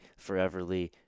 foreverly